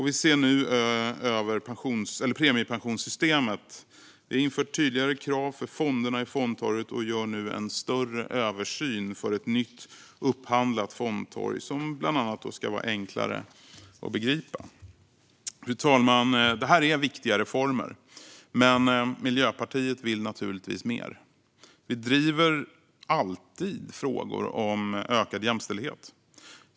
Vi ser nu över premiepensionssystemet. Vi har infört tydligare krav för fonderna i fondtorget och gör nu en större översyn inför ett nytt upphandlat fondtorg som bland annat ska vara enklare att begripa. Fru talman! Detta är viktiga reformer, men Miljöpartiet vill naturligtvis mer. Vi driver alltid frågor om ökad jämställdhet.